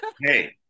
Hey